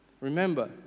Remember